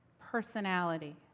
personality